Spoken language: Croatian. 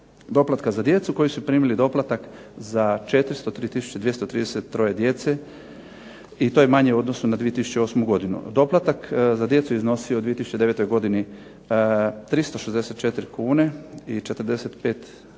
doplatka za djecu koji su primili doplatak za 403233 djece i to je manje u odnosu na 2008. godinu. Doplatak za djecu je iznosio u 2009. godini 364 kune i 45 lipa